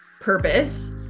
purpose